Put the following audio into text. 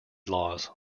laws